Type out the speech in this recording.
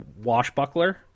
Washbuckler